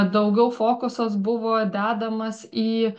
daugiau fokusas buvo dedamas į